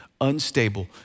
unstable